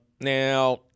Now